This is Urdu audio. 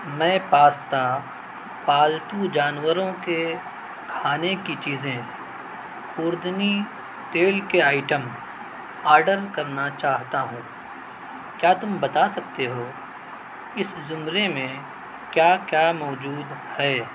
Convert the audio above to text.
میں پاستا پالتو جانوروں کے کھانے کی چیزیں خوردنی تیل کے آئٹم آڈر کرنا چاہتا ہوں کیا تم بتا سکتے ہو اس زمرے میں کیا کیا موجود ہے